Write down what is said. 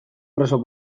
preso